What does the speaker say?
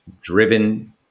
driven